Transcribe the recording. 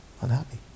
Unhappy